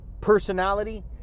personality